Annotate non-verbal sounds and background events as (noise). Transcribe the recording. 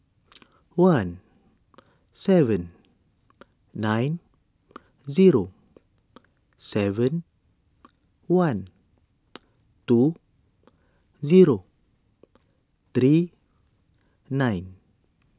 (noise) one seven nine zero seven one two zero three nine